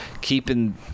keeping